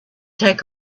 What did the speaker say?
take